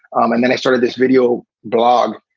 um and then i started this video blog,